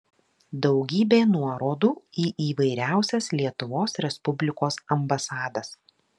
daugybė nuorodų į įvairiausias lietuvos respublikos ambasadas